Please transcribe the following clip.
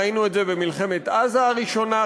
ראינו את זה במלחמת עזה הראשונה,